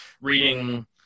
reading